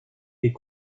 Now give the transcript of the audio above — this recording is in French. est